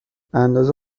اندازه